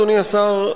אדוני שר,